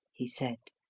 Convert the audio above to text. he said.